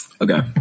Okay